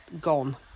gone